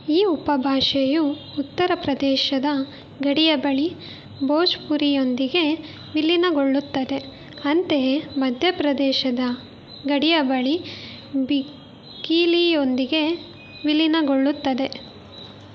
ಈ ಉಪಭಾಷೆಯು ಉತ್ತರ್ ಪ್ರದೇಶದ ಗಡಿಯ ಬಳಿ ಭೋಜ್ಪುರಿಯೊಂದಿಗೆ ವಿಲೀನಗೊಳ್ಳುತ್ತದೆ ಅಂತೆಯೇ ಮಧ್ಯ ಪ್ರದೇಶದ ಗಡಿಯ ಬಳಿ ಬಿಗಿಲಿಯೊಂದಿಗೆ ವಿಲೀನಗೊಳ್ಳುತ್ತದೆ